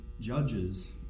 judges